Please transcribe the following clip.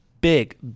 big